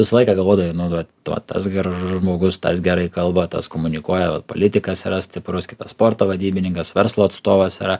visą laiką galvodavai nu vat va tas gražus žmogus tas gerai kalba tas komunikuoja politikas yra stiprus kitas sporto vadybininkas verslo atstovas yra